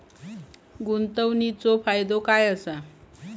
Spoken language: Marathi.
गुंतवणीचो फायदो काय असा?